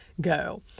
go